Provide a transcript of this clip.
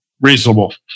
reasonable